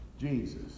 Jesus